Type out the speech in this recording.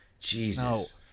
Jesus